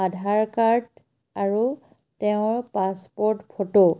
আধাৰ card আৰু তেওঁৰ passport photo